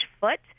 foot